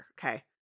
Okay